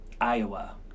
Iowa